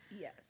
Yes